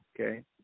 Okay